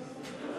המחנה